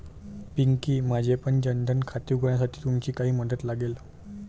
पिंकी, माझेपण जन धन खाते उघडण्यासाठी तुमची काही मदत लागेल